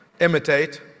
imitate